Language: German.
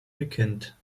bekennt